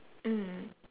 mm